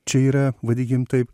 čia yra vadinkim taip